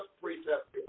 precept